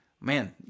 Man